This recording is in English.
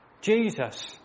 Jesus